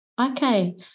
Okay